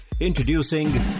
Introducing